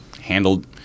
handled